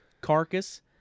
Carcass